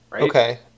Okay